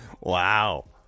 Wow